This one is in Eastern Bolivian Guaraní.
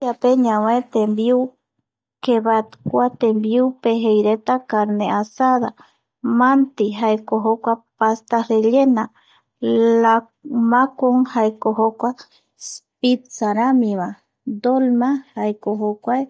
Turquiape ñanoi tembiu, kevat kua tembiupe jeireta carne asada, manti jaeko jokua pasta rellena, latmacu jaeko jokua, pitza ramivae dolma, jaeko jokuae